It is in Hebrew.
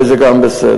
וזה גם בסדר.